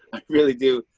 i really do.